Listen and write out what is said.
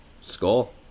Skull